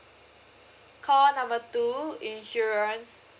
call number two insurance